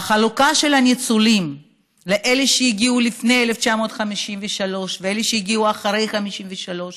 והחלוקה של הניצולים לאלה שהגיעו לפני 1953 ולאלה שהגיעו אחרי 1953,